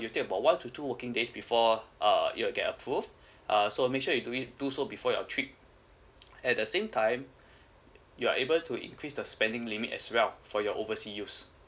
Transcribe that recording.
it'll take about one to two working days before err you'll get approved uh so make sure you do it do so before your trip at the same time you are able to increase the spending limit as well for your oversea use